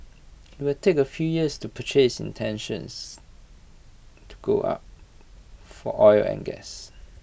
IT will take A few years to purchase intentions to go up for oil and gas